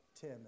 Tim